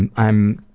and i'm